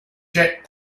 jet